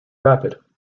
rapid